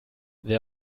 wer